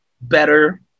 better